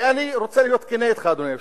אני רוצה להיות כן אתך, אדוני היושב-ראש.